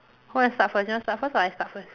who want start first you want start first or I start first